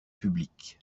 publique